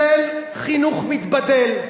של חינוך מתבדל,